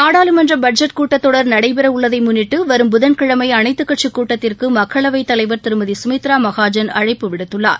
நாடாளுமன்ற பட்ஜெட் கூட்டத்தொடர் நடைபெற உள்ளதை முன்னிட்டு வரும் புதன்கிழமை அனைத்துக் கட்சி கூட்டத்திற்கு மக்களவைத் தலைவர் திருமதி சுமித்ரா மகாஜன் அழைப்பு விடுத்துள்ளார்